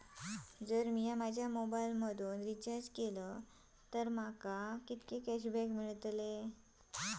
जर मी माझ्या मोबाईल मधन रिचार्ज केलय तर माका कितके कॅशबॅक मेळतले?